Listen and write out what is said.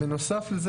בנוסף לזה,